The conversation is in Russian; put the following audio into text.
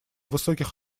высоких